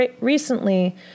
recently